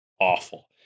awful